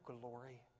glory